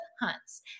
hunts